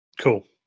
Cool